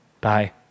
Bye